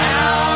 Now